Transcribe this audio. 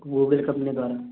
Google company ద్వారా